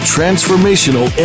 Transformational